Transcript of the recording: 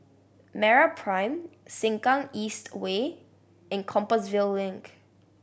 MeraPrime Sengkang East Way and Compassvale Link